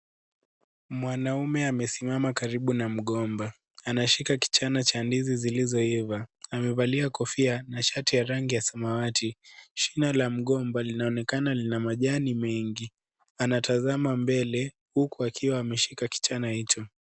Mwanaume amesimama karibu na mgomba anashika kichana cha ndizi zilizo iva, amevalia kofia na shati ya rangi ya samawati shina la mgomba linaonekana lina majani mengi, anatazama mbele huku akiwa ameshika kichana hicho.